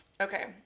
Okay